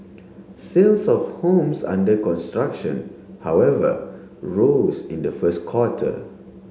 sales of homes under construction however rose in the first quarter